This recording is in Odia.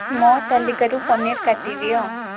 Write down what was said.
ମୋ ତାଲିକାରୁ ପନିର୍ କାଟିଦିଅ